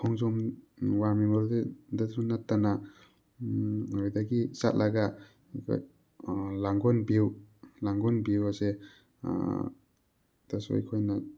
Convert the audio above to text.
ꯈꯣꯡꯖꯣꯝ war memorial ꯗꯁꯨ ꯅꯠꯇꯅ ꯑꯗꯨꯗꯒꯤ ꯆꯠꯂꯒ ꯑꯗꯨꯒ ꯂꯥꯡꯒꯣꯜ ꯚ꯭ꯌꯨ ꯂꯥꯡꯒꯣꯜ ꯚ꯭ꯌꯨ ꯑꯁꯦ ꯇꯁꯨ ꯑꯩꯈꯣꯏꯅ